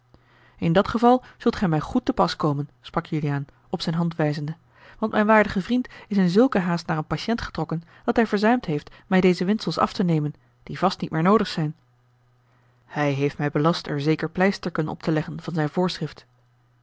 in dat geval zult gij mij goed te pas komen sprak juliaan op zijne hand wijzende want mijn waardige vriend is in zulke haast naar een patiënt getrokken dat hij verzuimd heeft mij deze windsels af te nemen die vast niet meer noodig zijn hij heeft mij belast er zeker pleisterken op te leggen van zijn voorschrift